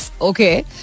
Okay